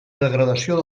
degradació